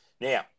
Now